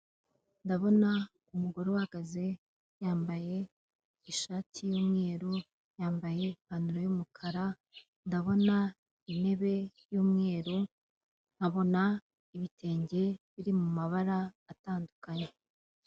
Ndabona umugore uhagaze yambaye ishati y'umweru, yamabaye ipantaro y'umukara, ndabona intebe y'umweru, nkabona ibitenge biri mu mabara atandukanye.